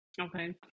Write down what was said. Okay